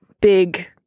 big